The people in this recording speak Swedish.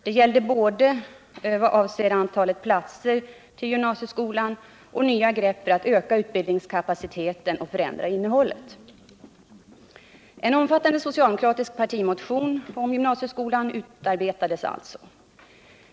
Det gällde både antalet platser till gymnasieskolan och nya grepp för att öka utbildningskapaciteten och förändra innehållet. En omfattande socialdemokratisk partimotion om gymnasieskolan utarbetades således.